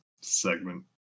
segment